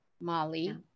Molly